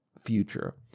future